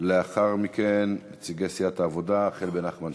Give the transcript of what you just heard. לאחר מכן נציגי סיעת העבודה, החל בנחמן שי.